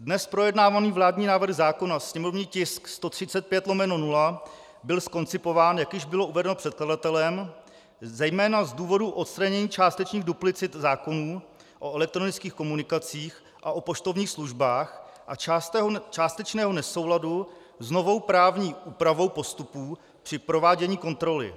dnes projednávaný vládní návrh zákona, sněmovní tisk 135/0, byl zkoncipován, jak již bylo uvedeno předkladatelem, zejména z důvodu odstranění částečných duplicit zákonů o elektronických komunikacích a o poštovních službách a částečného nesouladu s novou právní úpravou postupů při provádění kontroly.